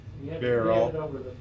barrel